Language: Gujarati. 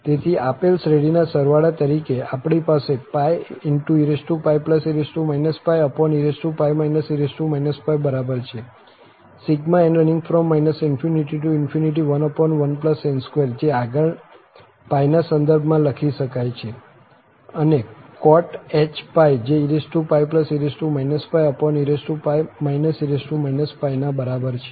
તેથી આપેલ શ્રેઢીના સરવાળા તરીકે આપણી પાસે ee e e બરાબર છે ∑∞ 11n2 જે આગળ π ના સંદર્ભમાં લખી શકાય છે અને coth જે ee e e ના બરાબર છે